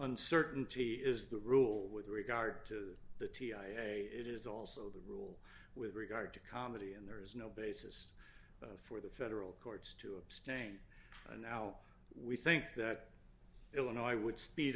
uncertainty is the rule with regard to the t i a it is also the rule with regard to comedy and there is no basis for the federal courts to abstain and now we think that illinois would speed